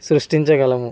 సృష్టించ గలము